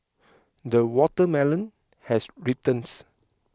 the watermelon has